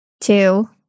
two